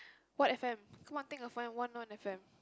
what F_M come on think of one one one F_M